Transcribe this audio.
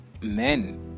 men